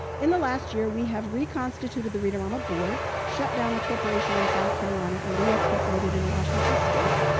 in the last year, we have re-constituted the read-a-rama board, shut down the corporation in south carolina and re-incorporated in washington state,